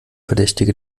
verdächtige